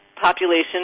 population